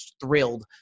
thrilled